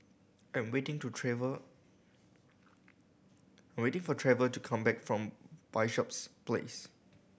I'm waiting to Trever I'm waiting for Trever to come back from Bishops Place